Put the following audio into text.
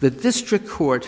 the district court